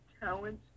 talent